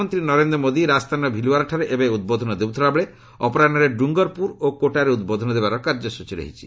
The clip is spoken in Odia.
ପ୍ରଧାନମନ୍ତ୍ରୀ ନରେନ୍ଦ୍ର ମୋଦି ରାଜସ୍ଥାନର ଭିଲ୍ୱାରାଠାରେ ଏବେ ଉଦ୍ବୋଧନ ଦେଉଥିଲାବେଳେ ଅପରାହ୍ନରେ ଡୁଙ୍ଗରପୁର ଓ କୋଟାରେ ଉଦ୍ବୋଧନ ଦେବାର କାର୍ଯ୍ୟସ୍ଟଚୀ ରହିଛି